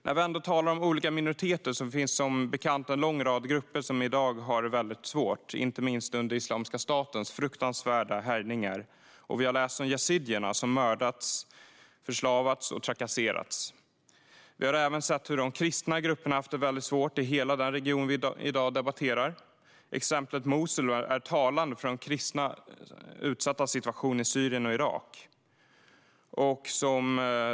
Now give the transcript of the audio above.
När vi ändå talar om olika minoriteter finns, som bekant, en lång rad grupper som i dag har det svårt, inte minst under Islamiska statens fruktansvärda härjningar. Vi har läst om yazidierna som har mördats, förslavats och trakasserats. Vi har även sett hur de kristna grupperna har haft det svårt i hela den region vi i dag debatterar. Exemplet Mosul är talande för den utsatta situationen för de kristna i Syrien och Irak.